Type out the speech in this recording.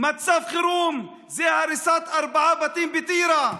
מצב חירום זה הריסת ארבעה בתים בטירה,